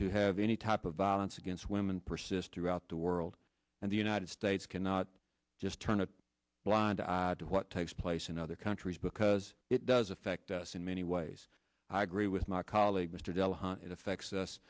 to have any type of violence against women persist throughout the world and the united states cannot just turn a blind eye to what takes place in other countries because it does affect us in many ways i agree with my colleague mr della it affects us